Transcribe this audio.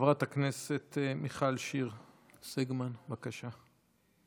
חברת הכנסת מיכל שיר סגמן, בבקשה.